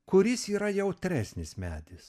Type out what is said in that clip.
kuris yra jautresnis medis